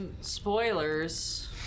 spoilers